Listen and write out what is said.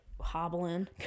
hobbling